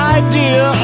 idea